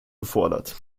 gefordert